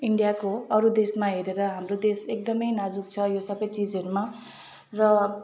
इन्डियाको अरू देशमा हेरेर हाम्रो देश एकदमै नाजुक छ यो सबै चिजहरूमा र